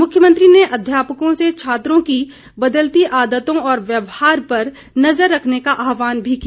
मुख्यमंत्री ने अध्यापकों से छात्रों की बदलती आदतों और व्यवहार पर नज़र रखने का आहवान भी किया